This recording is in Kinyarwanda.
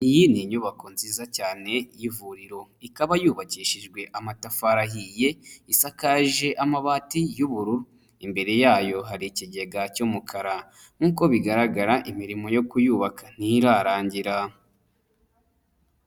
Iyi ni inyubako nziza cyane y'ivuriro ikaba yubakishijwe amatafari, ahiye isakaje y'amabati y'ubururu, imbere yayo hari ikigega cy'umukara, nk'uko bigaragara imirimo yo kuyubaka ntirarangira.